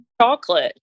Chocolate